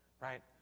Right